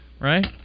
Right